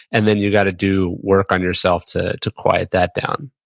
and then you've got to do work on yourself to to quiet that down